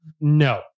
no